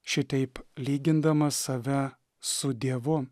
šitaip lygindamas save su dievu